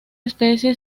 especie